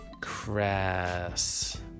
crass